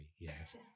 yes